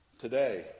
today